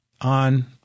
on